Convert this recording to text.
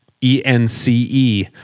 E-N-C-E